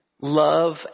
love